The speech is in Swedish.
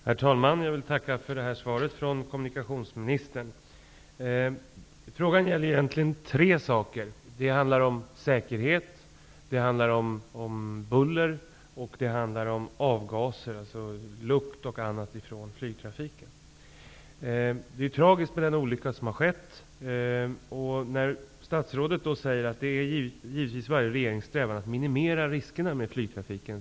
Herr talman! Jag tackar kommunikationsministern för svaret. Frågan handlar egentligen om tre saker: säkerhet, buller och avgaser, dvs. lukt och annat från flygtrafiken. Det är tragiskt med den olycka som har skett. Statsrådet säger att det givetvis är varje regerings strävan att minimera riskerna med flygtrafiken.